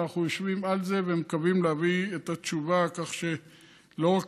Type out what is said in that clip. ואנחנו יושבים על זה ומקווים להביא את התשובה כך שלא רק